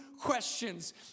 questions